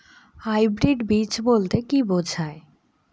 Hybrid বীজ বলতে কী বোঝায়?